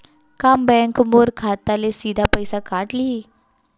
का बैंक मोर खाता ले सीधा पइसा काट लिही?